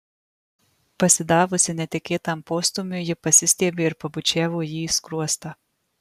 pasidavusi netikėtam postūmiui ji pasistiebė ir pabučiavo jį į skruostą